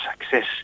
success